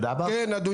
אלא אם כן שיפרתם.